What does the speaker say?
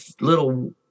little